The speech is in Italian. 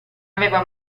aveva